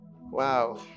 wow